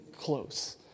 close